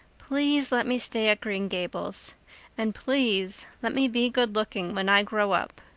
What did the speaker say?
please let me stay at green gables and please let me be good-looking when i grow up.